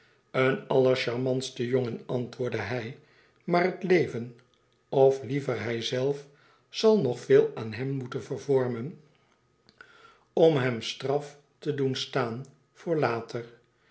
een allercharmantste jongen antwoordde hij maar het leven of liever hijzelf zal nog veel aan hem moeten vervormen om hem straf te doen staan voor later